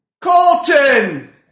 Colton